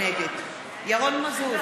נגד ירון מזוז,